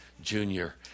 junior